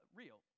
real